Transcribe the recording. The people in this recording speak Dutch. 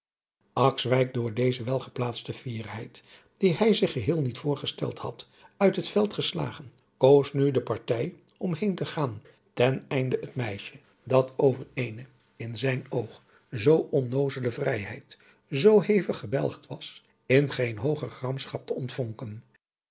door deze wel geplaatste fierheid die hij zich geheel niet voorgesteld had uit het veld geslagen koos nu de partij om heen te gaan ten einde het meisje dat over eene in zijn oog zoo onnoozele vrijheid zoo hevig gebelgd was in geen hooger gramschap te